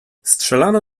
strzelano